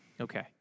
Okay